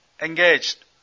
engaged